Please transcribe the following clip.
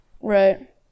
Right